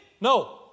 No